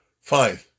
Fine